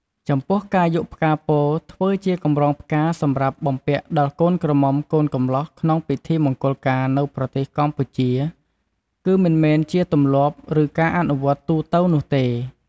ចំពោះការយកផ្កាពោធិ៍ ធ្វើជាកម្រងផ្កាសម្រាប់បំពាក់ដល់កូនក្រមុំកូនកម្លោះក្នុងពិធីមង្គលការនៅប្រទេសកម្ពុជា គឺមិនមែនជាទម្លាប់ ឬការអនុវត្តទូទៅនោះទេ។